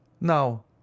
Now